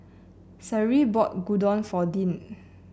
Cyril bought Gyudon for Dean